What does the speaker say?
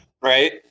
right